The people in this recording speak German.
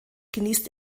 genießt